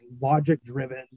logic-driven